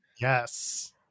Yes